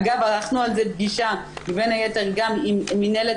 אגב ערכנו על זה פגישה בין היתר גם עם מִנהלת